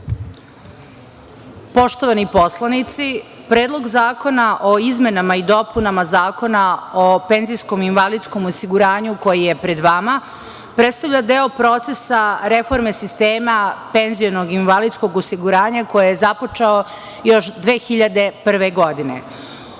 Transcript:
Poštovani poslanici, Predlog zakona o izmenama i dopunama Zakona o penzijskom i invalidskom osiguranju, koji je pred vama, predstavlja deo procesa reforme sistema penzionog i invalidskog osiguranja koje je započet još 2001. godine.